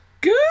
good